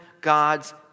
God's